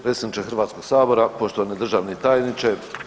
Predsjedniče Hrvatskog sabora, poštovani državni tajniče.